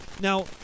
now